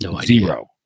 zero